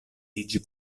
iĝi